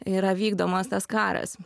yra vykdomas tas karas